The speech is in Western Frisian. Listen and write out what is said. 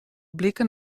bliken